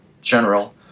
general